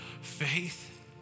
faith